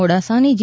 મોડાસાની જે